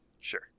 Sure